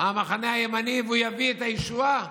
המחנה הימני והוא יביא את הישועה,